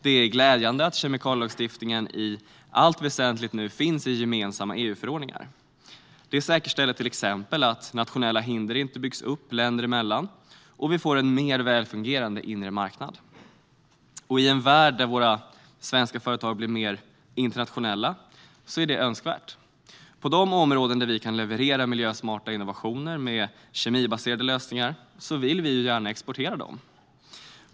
Det är glädjande att kemikalielagstiftningen i allt väsentligt nu finns i gemensamma EU-förordningar. Det säkerställer att nationella hinder inte byggs upp länder emellan, och vi får en mer välfungerande inre marknad. I en värld där våra svenska företag blir mer internationella är detta önskvärt. På de områden där vi kan leverera miljösmarta innovationer med kemibaserade lösningar vill vi gärna exportera dem.